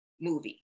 movie